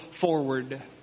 forward